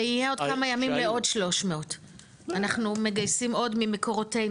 ויהיה עוד כמה ימים לעוד 300. אנחנו מגייסים עוד ממקורותינו,